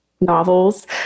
novels